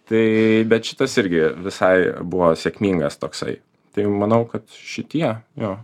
tai bet šitas irgi visai buvo sėkmingas toksai tai manau kad šitie jo